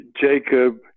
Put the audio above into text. Jacob